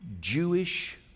Jewish